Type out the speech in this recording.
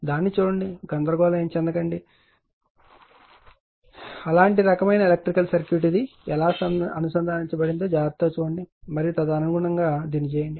దాన్ని చూడండి గందరగోళంగా ఉండకూడదు అలాంటి రకమైన ఎలక్ట్రికల్ సర్క్యూట్ ఇది ఎలా అనుసంధానించబడిందో జాగ్రత్తగా చూడండి మరియు తదనుగుణంగా దీన్ని చేయండి